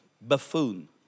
buffoon